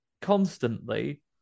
constantly